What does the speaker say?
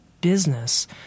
business